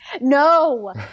No